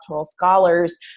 scholars